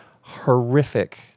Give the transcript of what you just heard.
horrific